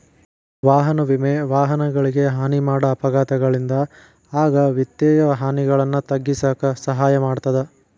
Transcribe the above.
ವಾಹನ ವಿಮೆ ವಾಹನಗಳಿಗೆ ಹಾನಿ ಮಾಡ ಅಪಘಾತಗಳಿಂದ ಆಗ ವಿತ್ತೇಯ ಹಾನಿಗಳನ್ನ ತಗ್ಗಿಸಕ ಸಹಾಯ ಮಾಡ್ತದ